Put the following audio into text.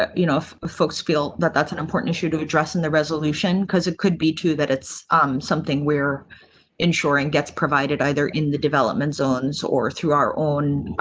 ah you know, folks feel that that's an important issue to address in the resolution. because it could be too that it's something where ensuring gets provided either in the development zones or through our own.